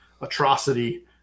atrocity